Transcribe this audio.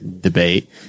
debate